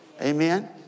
Amen